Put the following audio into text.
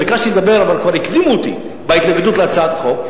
ביקשתי לדבר אבל כבר הקדימו אותי בהתנגדות להצעת החוק.